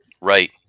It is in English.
Right